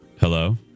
hello